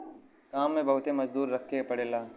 काम में बहुते मजदूर रखे के पड़ला